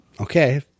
Okay